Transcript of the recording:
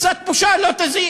קצת בושה לא תזיק.